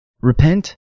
Repent